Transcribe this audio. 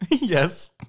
Yes